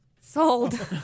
Sold